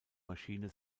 maschine